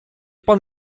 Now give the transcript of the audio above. pan